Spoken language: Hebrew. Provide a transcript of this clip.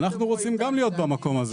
אנחנו רוצים גם להיות במקום הזה.